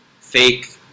fake